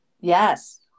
yes